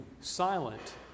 silent